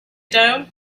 dough